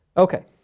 Okay